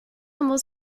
muss